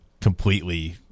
completely